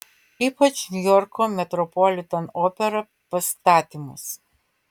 ypač niujorko metropolitan opera pastatymus